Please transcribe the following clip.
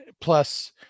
plus